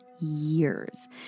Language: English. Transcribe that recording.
years